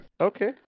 okay